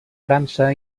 frança